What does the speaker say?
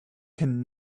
can